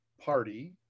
party